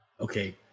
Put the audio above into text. Okay